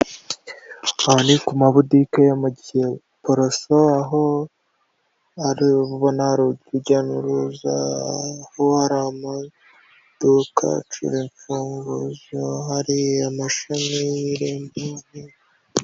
Aha ni ku mabutike yo mu Giporoso, aho ubona ari urujya n'uruza, amaduka acururizwamo, hari amashami...